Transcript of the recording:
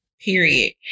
period